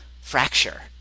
fracture